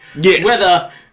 Yes